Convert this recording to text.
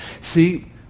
See